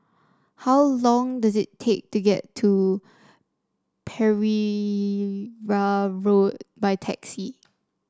how long does it take to get to Pereira Road by taxi